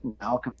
now